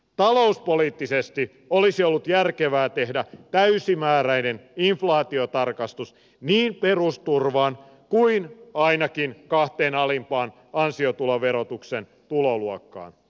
talouspoliittisesti olisi ollut järkevää tehdä täysimääräinen inflaatiotarkistus niin perusturvaan kuin ainakin kahteen alimpaan ansiotuloverotuksen tuloluokkaan